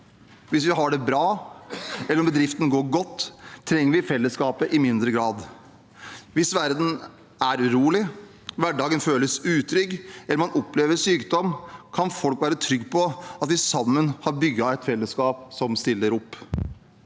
Hvis vi har det bra, eller om bedriften går godt, trenger vi fellesskapet i mindre grad. Hvis verden er urolig, hverdagen føles utrygg, eller man opplever sykdom, kan folk være trygge på at vi sammen har bygget et fellesskap som stiller opp.